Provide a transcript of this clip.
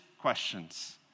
questions